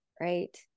right